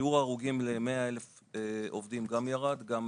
שיעור ההרוגים ל-100 אלף עובדים גם ירד, גם